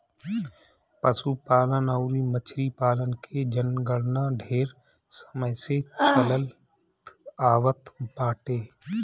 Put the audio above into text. पशुपालन अउरी मछरी पालन के जनगणना ढेर समय से चलत आवत बाटे